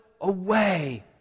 away